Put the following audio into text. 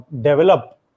develop